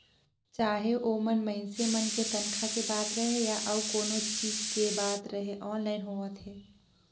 चाहे ओमन मइनसे मन के तनखा के बात रहें या अउ कोनो चीच के बात रहे आनलाईन होवत हे